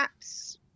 apps